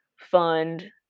fund